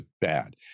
bad